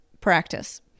practice